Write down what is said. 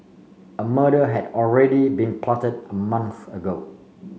a murder had already been plotted a month ago